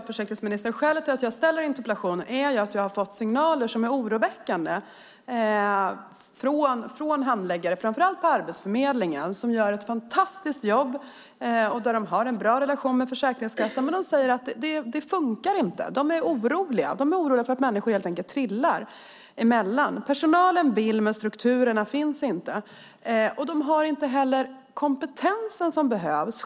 Fru talman! Skälet till att jag ställer interpellationen är att jag fått oroväckande signaler från handläggare framför allt på Arbetsförmedlingen. De gör ett fantastiskt jobb och har en bra relation med Försäkringskassan, men de säger att det inte fungerar. De är oroliga för att människor helt enkelt faller mellan stolarna. Personalen vill men strukturerna finns inte. De har inte heller den kompetens som behövs.